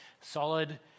Solid